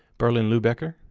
berlin-lubecker,